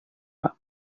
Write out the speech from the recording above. pak